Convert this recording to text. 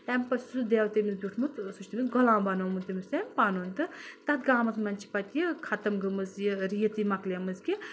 تمہِ پَتہٕ سُہ دَیٚو تٔمِس بِیوٚٹٕھمُت سُہ چھُ تٔمِس غۄلام بَنُومُت تٔمِس تَمۍ پَنُن تہٕ تَتھ گامَس منٛز چھِ پَتہٕ یہِ ختم گٔمٕژ یہِ ریٖتی مۄکلیمٕژ کہِ